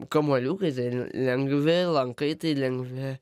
kamuoliukai tai lengvi lankai tai lengvi